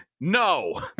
No